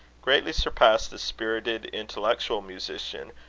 greatly surpass the spirited, intellectual musician,